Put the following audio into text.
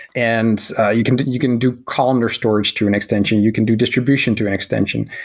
and you can you can do columnar storage to an extension. you can do distribution to an extension.